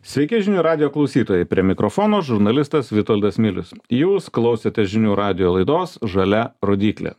sveiki žinių radijo klausytojai prie mikrofono žurnalistas vitoldas milius jūs klausėte žinių radijo laidos žalia rodyklė